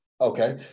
Okay